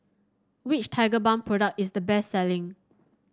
which Tigerbalm product is the best selling